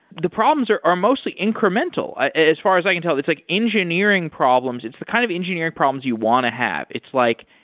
the problems are are mostly incremental. as far as i can tell, it's like engineering problems, it's the kind of engineering problems you want to have. it's like,